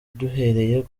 duhereye